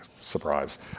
surprise